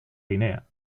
guinea